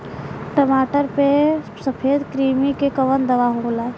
टमाटर पे सफेद क्रीमी के कवन दवा होला?